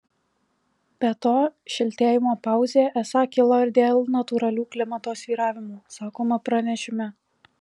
be to šiltėjimo pauzė esą kilo ir dėl natūralių klimato svyravimų sakoma pranešime